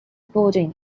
boarding